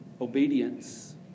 obedience